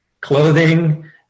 clothing